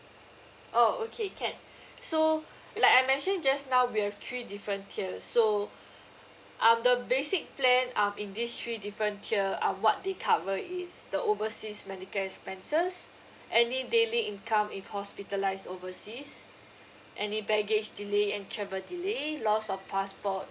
oh okay can so like I mentioned just now we have three different tiers so um the basic plan um in these three different tier uh what they cover is the overseas medical expenses any daily income if hospitalised overseas any baggage delay and travel delay loss of passport